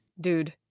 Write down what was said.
dude